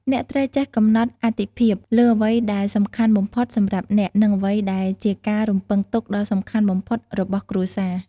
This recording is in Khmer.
អ្នកត្រូវចេះ កំណត់អាទិភាព លើអ្វីដែលសំខាន់បំផុតសម្រាប់អ្នក និងអ្វីដែលជាការរំពឹងទុកដ៏សំខាន់បំផុតរបស់គ្រួសារ។